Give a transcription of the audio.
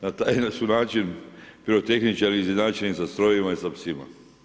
Na taj su način pirotehničari izjednačeni sa strojevima i sa psima.